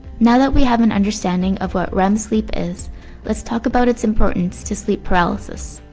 now that we have an understanding of what rem sleep is let's talk about its importance to sleep paralysis.